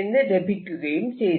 എന്ന് ലഭിക്കുകയും ചെയ്തു